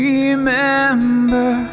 Remember